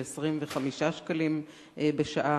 ל-25 שקלים בשעה.